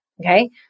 Okay